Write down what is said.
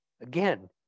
Again